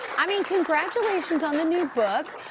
i mean, congratulations on the new book.